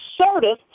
assertive